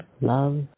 love